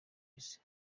isi